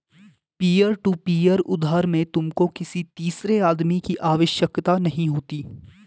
peer to peer उधार में तुमको किसी तीसरे आदमी की आवश्यकता नहीं होती